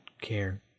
care